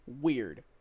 weird